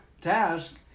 task